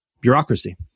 Bureaucracy